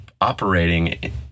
operating